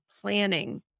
planning